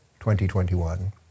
2021